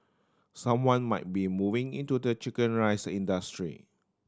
someone might be moving into the chicken rice industry